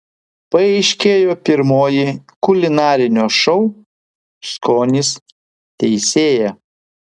paaiškėjo pirmoji kulinarinio šou skonis teisėja